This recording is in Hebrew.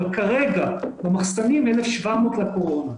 אבל כרגע במחסנים 1,700 לקורונה.